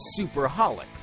superholic